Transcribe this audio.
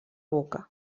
boca